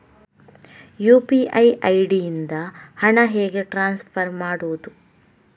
UPI ID ಇಂದ ಹಣ ಹೇಗೆ ಟ್ರಾನ್ಸ್ಫರ್ ಮಾಡುದು?